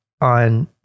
on